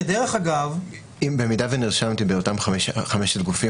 כדרך אגב --- אם נרשמתי באותם חמשת הגופים,